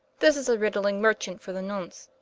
this is a riddling merchant for the nonce,